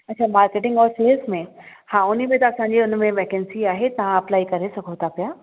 अच्छा मार्केटिंग ऑफ़ी सेल्स में हा उनमें त असांजी उनमें वेकेन्सी आहे तव्हां अपलाई करे सघो था पिया